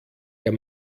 der